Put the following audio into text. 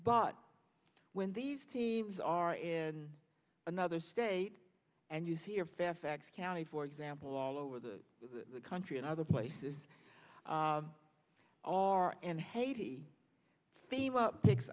but when these teams are in another state and you see your fairfax county for example all over the country and other places are in haiti thema picks